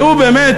והוא באמת,